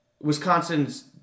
Wisconsin's